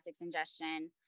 ingestion